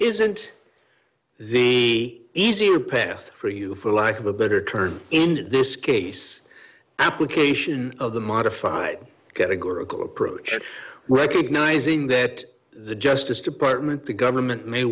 isn't the easier path for you for lack of a better term in this case application of the modified categorical approach recognizing that the justice department the government may